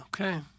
Okay